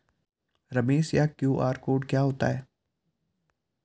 रमेश यह QR code क्या होता है?